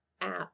app